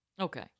Okay